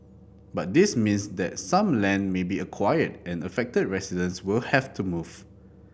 but this means that some land may be acquired and affected residents will have to move